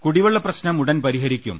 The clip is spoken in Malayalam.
കുടിവെള്ള പ്രശ്നം ഉടൻ പരി ഹരിക്കും